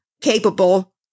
capable